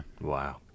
Wow